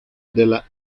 della